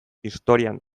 historian